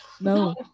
No